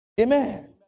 Amen